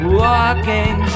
walking